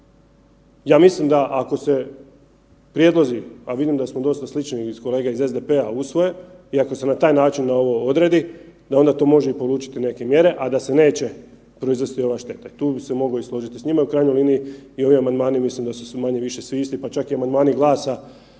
Ja mislim da ako se prijedlozi, a vidim da smo dosta slični i kolege iz SDP-a usvoje i ako se na taj način ovo odredi da onda to može i polučiti neke mjere, a da se neće proizvesti ova šteta. Tu bi se mogao složiti s njima u krajnjoj liniji i ovi amandmani mislim da su manje-više svi isti, pa čak i amandmani GLAS-a